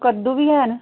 कद्दू बी हैन